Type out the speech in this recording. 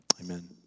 Amen